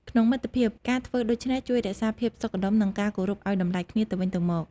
ក្នុងមិត្តភាព ការធ្វើដូច្នេះជួយរក្សាភាពសុខដុម និងការគោរពឱ្យតម្លៃគ្នាទៅវិញទៅមក។